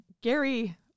Gary